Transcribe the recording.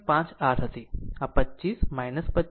5 r હતી આ 25 25 5